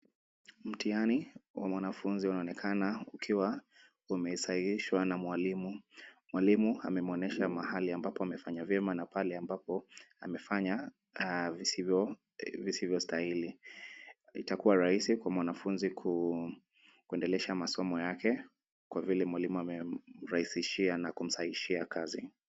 Mtihani wa mwanafunzi unaonekana ukiwa umesahihishwa na mwalimu. Mwalimu amemwonyesha mahali ambapo amefanya vyema na pale ambapo amefanya visivyostahili. Itakuwa rahisi kwa mwanafunzi kuendelesha masomo yake kwa vile mwalimu amemrahisishia na kumsahishia kazi.